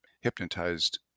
hypnotized